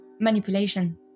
Manipulation